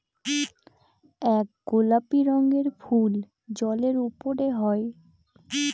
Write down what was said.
এক গোলাপি রঙের ফুল জলের উপরে হয়